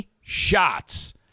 shots